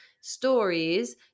stories